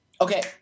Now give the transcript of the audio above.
Okay